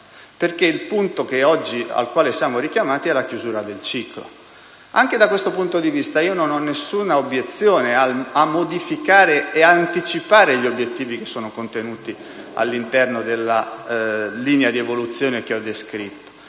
infatti, al quale oggi siamo richiamati è la chiusura del ciclo. Anche da questo punto di vista non ho alcuna obiezione a modificare e anticipare gli obiettivi contenuti all'interno della linea di evoluzione che ho descritto.